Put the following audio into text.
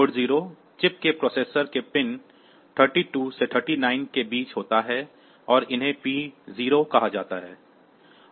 port 0 chip के processor के pin 32 से 39 के बीच होता है और इन्हें P0 कहा जाता है